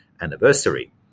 anniversary